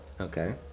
Okay